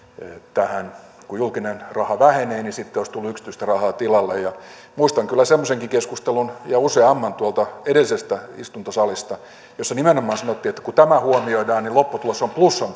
tähän kun julkinen raha vähenee niin sitten olisi tullut yksityistä rahaa tilalle ja muistan kyllä semmoisenkin keskustelun ja useamman tuolta edellisestä istuntosalista jossa nimenomaan sanottiin että kun tämä huomioidaan niin lopputulos on plussan